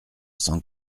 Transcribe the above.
cent